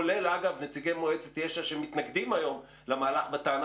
כולל נציגי מועצת יש"ע שמתנגדים היום למהלך בטענה